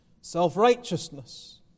self-righteousness